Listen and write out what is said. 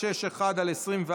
2661/24,